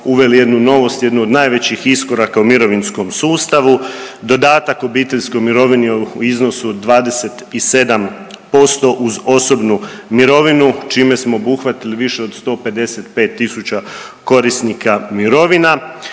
uveli jednu novost, jednu od najvećih iskoraka u mirovinskom sustavu dodatak obiteljskoj mirovini u iznosu od 27% uz osobnu mirovinu čime smo obuhvatili više od 155 tisuća korisnika mirovina,